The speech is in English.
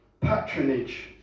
patronage